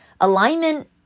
alignment